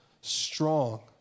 strong